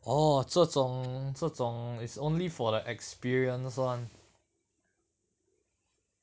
oh 这种这种 is only for the experienced [one]